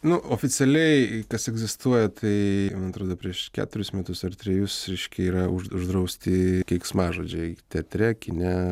nu oficialiai kas egzistuoja tai man atrodo prieš keturis metus ar trejus reiškia yra už uždrausti keiksmažodžiai teatre kine